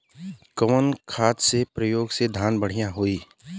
कवन खाद के पयोग से धान बढ़िया होई?